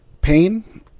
Pain